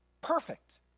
perfect